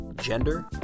Gender